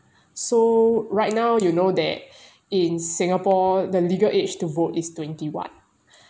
so right now you know that in singapore the legal age to vote is twenty one